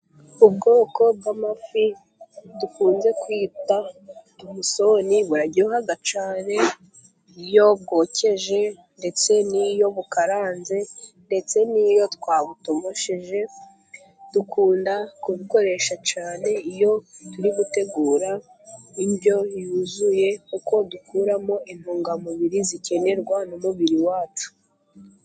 Ubwoko bw'amafi dukunze kwita tomusoni buraryoha cyane iyo yokeje, ndetse n'iyo bukaranze ndetse n'iyo twabutogosheje. Dukunda kubukoresha cyane iyo turi gutegura indyo yuzuye ,kuko dukuramo intungamubiri zikenerwa n'umubiri wacu.